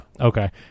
Okay